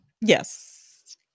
Yes